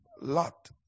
Lot